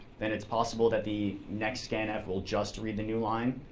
then it's possible that the next scanf will just read the new line.